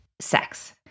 sex